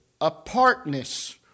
apartness